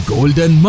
Golden